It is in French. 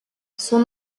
son